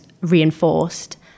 reinforced